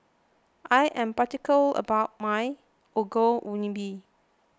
I am about my Ongol Ubi